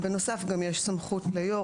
בנוסף גם יש סמכות ליו"ר,